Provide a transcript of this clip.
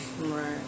Right